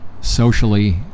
socially